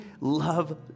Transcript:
love